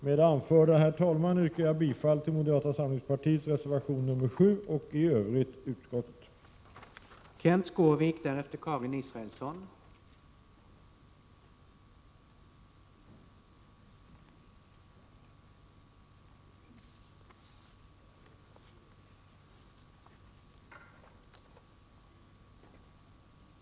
Med det anförda yrkar jag bifall till moderata samlingspartiets reservation 63 7 och i övrigt bifall till utskottets hemställan.